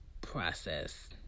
process